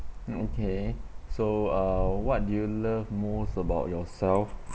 okay so uh what do you love most about yourself